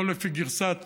לא לפי גרסת